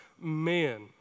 man